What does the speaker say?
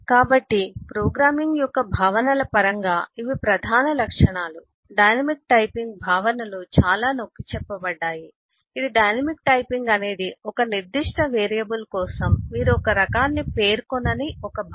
కాబట్టి ప్రోగ్రామింగ్ యొక్క భావనల పరంగా ఇవి ప్రధాన లక్షణాలు డైనమిక్ టైపింగ్ భావనలు చాలా నొక్కిచెప్పబడ్డాయి ఇది డైనమిక్ టైపింగ్ అనేది ఒక నిర్దిష్ట వేరియబుల్ కోసం మీరు ఒక రకాన్ని పేర్కొనని ఒక భావన